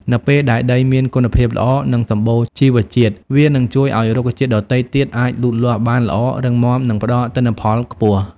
នៅពេលដែលដីមានគុណភាពល្អ និងសម្បូរជីវជាតិ វានឹងជួយឲ្យរុក្ខជាតិដទៃទៀតអាចលូតលាស់បានល្អ រឹងមាំ និងផ្ដល់ទិន្នផលខ្ពស់។